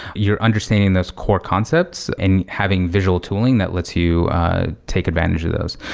you're understanding those core concepts and having visual tooling that lets you take advantage of those.